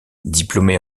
diplômé